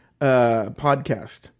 podcast